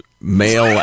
Male